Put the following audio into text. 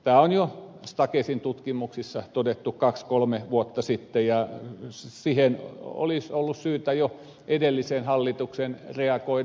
tämä on jo stakesin tutkimuksissa todettu kaksikolme vuotta sitten ja siihen olisi ollut syytä jo edellisen hallituksen reagoida